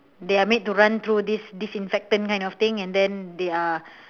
they are made to run through this disinfectant kind of thing and then they are